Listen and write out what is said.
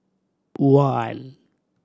one